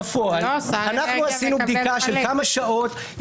בפועל אנחנו עשינו בדיקה של כמה שעות,